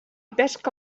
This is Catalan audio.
pesca